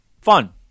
Fun